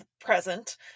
present